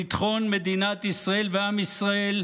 ביטחון מדינת ישראל ועם ישראל,